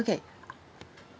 okay